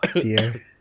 dear